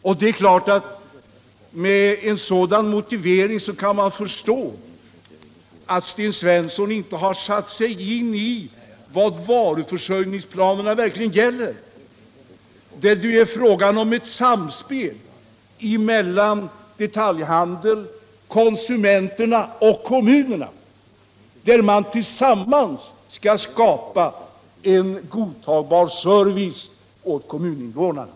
När Sten Svensson har den motiveringen kan man förstå att han inte har satt sig in i vad varuförsörjningsplanen verkligen gäller. Det är fråga om ett samspel mellan detaljhandeln, konsumenterna och kommunerna genom vilket man tillsammans skall skapa en godtagbar service åt kommuninvånarna.